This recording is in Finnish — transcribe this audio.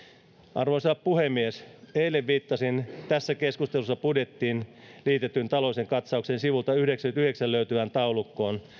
arvoisa puhemies eilen viittasin tässä keskustelussa budjettiin liitetyn taloudellisen katsauksen sivulta yhdeksäänkymmeneenyhdeksään löytyvään taulukkoon